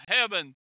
heaven